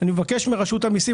אני אבקש מרשות המסים,